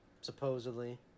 supposedly